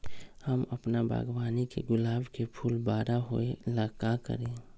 हम अपना बागवानी के गुलाब के फूल बारा होय ला का करी?